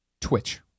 Twitch